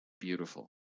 beautiful